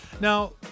Now